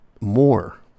more